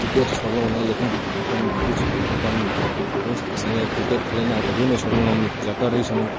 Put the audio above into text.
cricket छोड़लहुँ नहि लेकिन अपन किछु अपन दोस्तके सङ्गे किरकेट खेलेनाइ कहिओ नहि छोड़लहुँ जतऽ रहै छलहुँ